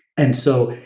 and so,